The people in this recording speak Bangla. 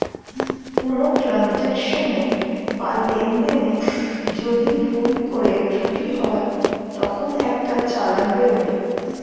কোনো ট্রান্সাকশনে বা লেনদেনে যদি ভুল করে ত্রুটি হয় তখন একটা চালান বেরোয়